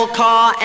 car